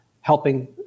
helping